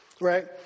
right